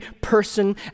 person